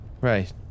Right